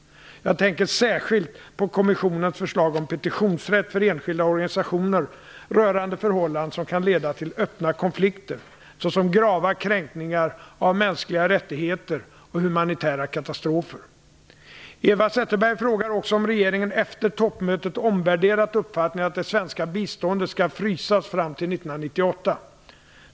Jag tänker särskilt på kommissionens förslag om petitionsrätt för enskilda organisationer rörande förhållanden som kan leda till öppna konflikter, såsom grava kränkningar av mänskliga rättigheter och humanitära katastrofer. Eva Zetterberg frågar också om regeringen efter toppmötet omvärderat uppfattningen att det svenska biståndet skall frysas fram till 1998.